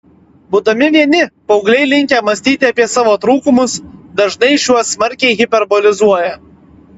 būdami vieni paaugliai linkę mąstyti apie savo trūkumus dažnai šiuos smarkiai hiperbolizuoja